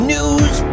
News